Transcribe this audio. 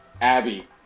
Abby